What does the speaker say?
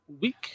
week